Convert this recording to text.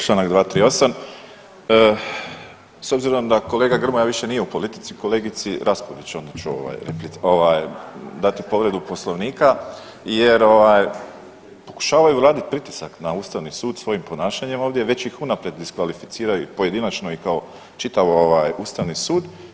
Čl. 238. s obzirom da kolega Grmoja više nije u politici kolegici Raspudić ću onda dati povredu poslovnika jer ovaj pokušavaju raditi pritisak na ustavnim sud svojim ponašanjem ovdje, već ih unaprijed diskvalificiraju pojedinačno i kao čitav ustavni sud.